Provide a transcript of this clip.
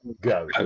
go